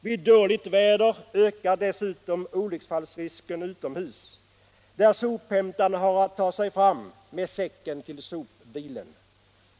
Vid dåligt väder ökar dessutom olycksfallsrisken utomhus, där sophämtarna har att ta sig fram med säcken till sopbilen.